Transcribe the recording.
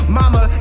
mama